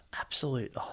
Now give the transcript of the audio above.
absolute